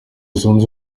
zunze